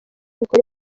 bikora